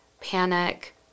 panic